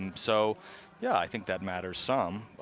and so yeah i think that matters some